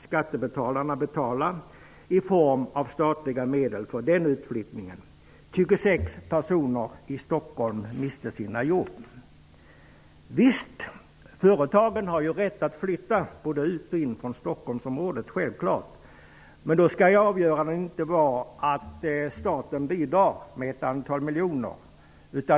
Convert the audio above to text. Skattebetalarna tvingas betala Företagen har självfallet rätt att flytta både till och från Stockholmsområdet. Men det avgörande skall inte vara att staten bidrar med ett antal miljoner.